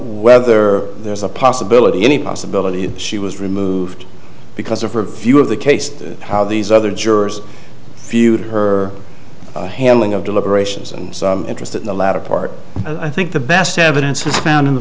whether there's a possibility any possibility that she was removed because of her view of the case how these other jurors viewed her handling of deliberations and interested in the latter part i think the best evidence is found in the